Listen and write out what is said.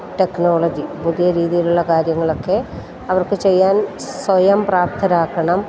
technology പുതിയ രീതിയിലുള്ള കാര്യങ്ങളൊക്കെ അവർക്ക് ചെയ്യാൻ സ്വയം പ്രാപ്തരാക്കണം